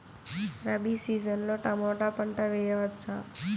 Rabi season లో tomato పంట వేయవచ్చా?